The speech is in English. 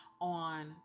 on